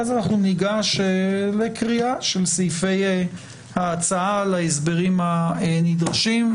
ואז ניגש לקריאת סעיפי ההצעה ולהסברים הנדרשים.